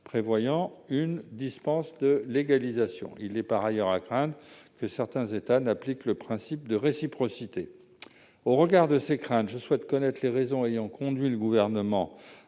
prévoyant une dispense de légalisation. Il est par ailleurs à craindre que certains États n'appliquent pas le principe de réciprocité. Au regard de ces craintes, monsieur le secrétaire d'État, je souhaite connaître les raisons ayant conduit le Gouvernement